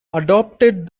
adopted